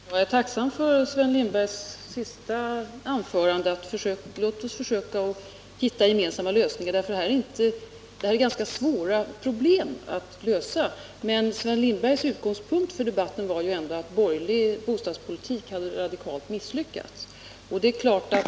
Herr talman! Jag är tacksam för Sven Lindbergs senaste anförande. Låt oss försöka hitta gemensamma lösningar, för det här är problem som är ganska svåra att lösa! Men Sven Lindbergs utgångspunkt för debatten var ju ändå att den borgerliga bostadspolitiken hade radikalt misslyckats.